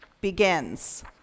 begins